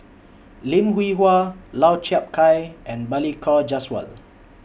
Lim Hwee Hua Lau Chiap Khai and Balli Kaur Jaswal